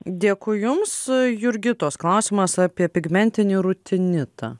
dėkui jums jurgitos klausimas apie pigmentinį rutinitą